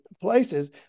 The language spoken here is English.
places